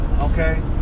okay